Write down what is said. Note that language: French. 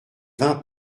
vin